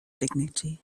dignity